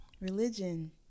Religion